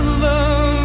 love